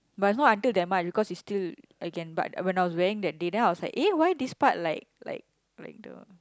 but not until that much because it's still I can but when I was wearing that day then I was like eh why this part like like like the